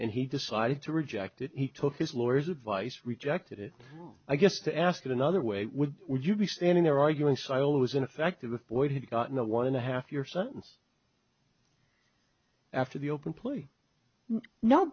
and he decided to reject it he took his lawyers advice rejected it i guess to ask it another way would would you be standing there arguing silos in effect with boyd had gotten the one and a half year sentence after the open plea no